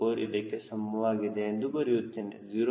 04 ಇದಕ್ಕೆ ಸಮವಾಗಿದೆ ಎಂದು ಬರೆಯುತ್ತೇನೆ